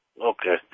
Okay